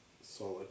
solid